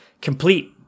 complete